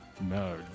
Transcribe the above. No